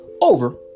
Over